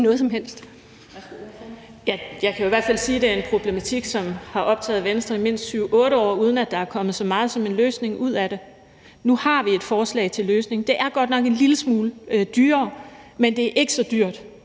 Dehnhardt (SF): Jeg kan jo i hvert fald sige, at det er en problematik, som har optaget Venstre i mindst 7-8 år, uden at der kommet så meget som en enkelt løsning ud af det. Nu har vi et forslag til en løsning, og det er godt nok en lille smule dyrere, men det er ikke så dyrt